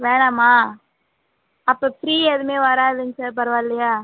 வேணாமா அப்போ ஃப்ரீ எதுவுமே வராதுங்க சார் பராவாயில்லையா